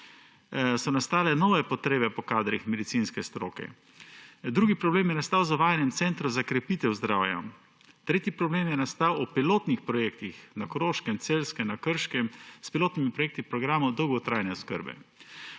so nastale nove potrebe po kadrih medicinske stroke. Drugi problem je nastal z uvajanjem centrov za krepitev zdravja. Tretji problem je nastal ob pilotnih projektih na Koroškem, Celjskem, Krškem, s pilotnimi projekti programov dolgotrajne oskrbe.